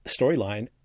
storyline